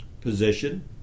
position